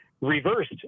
reversed